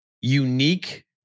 unique